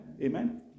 Amen